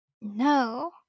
No